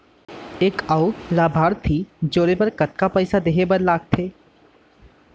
एक अऊ लाभार्थी जोड़े बर कतका पइसा देहे बर लागथे?